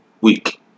week